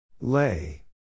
Lay